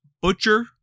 Butcher